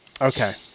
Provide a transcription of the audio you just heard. Okay